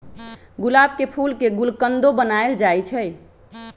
गुलाब के फूल के गुलकंदो बनाएल जाई छई